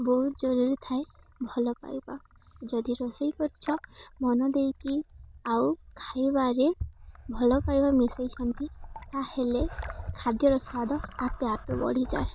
ବହୁତ ଜରୁରୀ ଥାଏ ଭଲ ପାଇବା ଯଦି ରୋଷେଇ କରିଛ ମନ ଦେଇକି ଆଉ ଖାଇବାରେ ଭଲ ପାଇବା ମିଶାଇଛନ୍ତି ତା'ହେଲେ ଖାଦ୍ୟର ସ୍ୱାଦ ଆପେ ଆପେ ବଢ଼ିଯାଏ